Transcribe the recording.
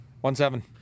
One-seven